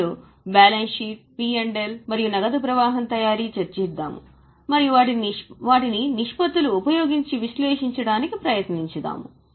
దీనిలో balance sheet P L మరియు నగదు ప్రవాహం తయారీ చర్చిస్తాము మరియు వాటిని నిష్పత్తులు ఉపయోగించి విశ్లేషించడానికి ప్రయత్నిస్తాము